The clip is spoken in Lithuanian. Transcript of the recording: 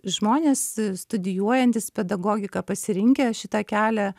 žmonės studijuojantys pedagogiką pasirinkę šitą kelią